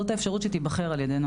זו האפשרות שתיבחר על ידינו.